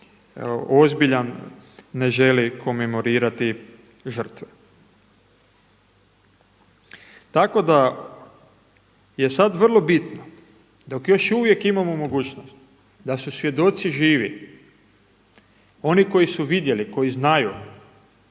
ozbiljan ne želi komemorirati žrtve. Tako da je sad vrlo bitno dok još uvijek imamo mogućnost da su svjedoci živi, oni koji su vidjeli, koji znaju